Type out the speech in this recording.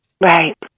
Right